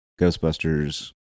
Ghostbusters